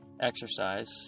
Exercise